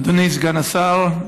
אדוני סגן השר,